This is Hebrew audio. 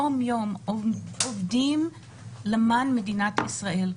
יום-יום עובדים למען מדינת ישראל,